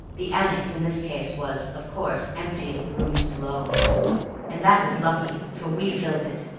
the annex in this case was, of course, empty as the rooms below and that was lucky, for we filled it,